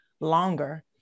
longer